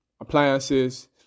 appliances